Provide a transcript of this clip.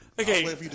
Okay